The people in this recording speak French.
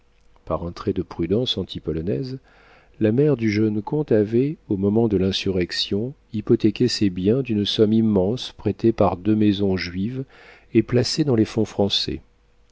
par un trait de prudence anti polonaise la mère du jeune comte avait au moment de l'insurrection hypothéqué ses biens d'une somme immense prêtée par deux maisons juives et placée dans les fonds français